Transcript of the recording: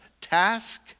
task